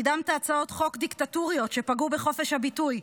קידמת הצעות חוק דיקטטוריות שפגעו בחופש הביטוי.